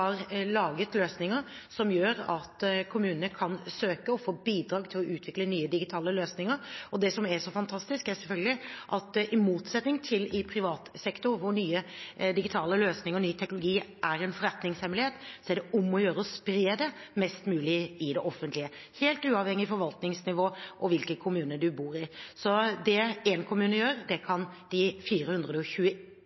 laget løsninger som gjør at kommunene kan søke om å få bidrag til å utvikle nye digitale løsninger. Det som er så fantastisk, er selvfølgelig at det – i motsetning til i privat sektor, hvor nye digitale løsninger og ny teknologi er en forretningshemmelighet – er om å gjøre å spre det mest mulig i det offentlige, helt uavhengig av forvaltningsnivå og hvilken kommune en bor i. Så det én kommune gjør,